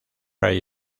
trade